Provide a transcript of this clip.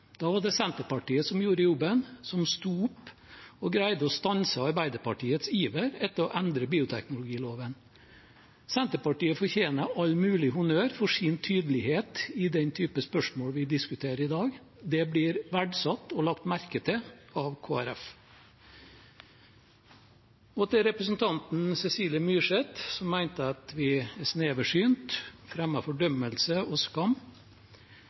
Da var det Senterpartiet som gjorde jobben, sto opp og greide å stanse Arbeiderpartiets iver etter å endre bioteknologiloven. Senterpartiet fortjener all mulig honnør for sin tydelighet i den typen spørsmål vi diskuterer i dag. Det blir verdsatt og lagt merke til av Kristelig Folkeparti. Til representanten Cecilie Myrseth, som mente at vi er sneversynte og fremmer fordømmelse og skam: